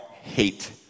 hate